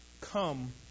come